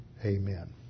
Amen